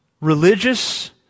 Religious